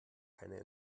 keine